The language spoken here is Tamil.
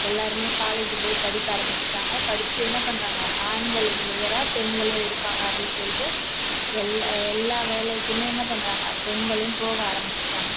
எல்லோருமே காலேஜ் போய் படிக்க ஆரம்மிச்சிட்டாங்க படித்து என்ன பண்றாங்க ஆண்களுக்கு நிகராக பெண்களும் இருக்காங்க அப்படினு சொல்லிட்டு எல்லா எல்லா வேலைக்கும் என்ன பண்றாங்க பெண்களும் போக ஆரம்மிச்சிட்டாங்க